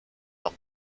leur